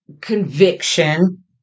conviction